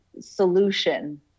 solution